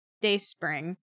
Dayspring